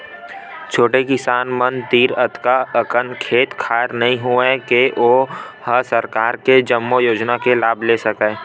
छोटे किसान मन तीर अतका अकन खेत खार नइ होवय के ओ ह सरकार के जम्मो योजना के लाभ ले सकय